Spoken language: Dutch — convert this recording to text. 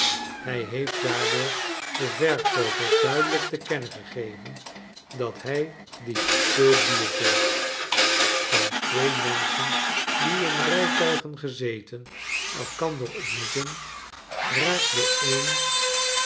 hij heeft daardoor den verkooper duidelijk te kennen gegeven dat hij dien te duur vindt van twee menschen die in rijtuigen gezeten elkander ontmoeten raakt de een